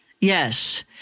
Yes